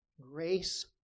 Grace